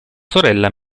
sorella